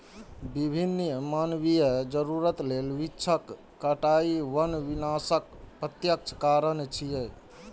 विभिन्न मानवीय जरूरत लेल वृक्षक कटाइ वन विनाशक प्रत्यक्ष कारण छियै